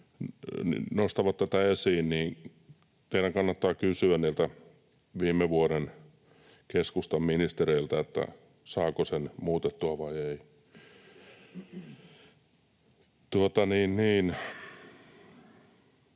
nostavat esiin, kysyisivät niiltä viime vuoden keskustan ministereiltä, saako sen muutettua vai ei.